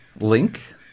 link